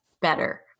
better